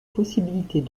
possibilités